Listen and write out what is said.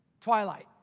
Twilight